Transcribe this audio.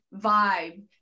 vibe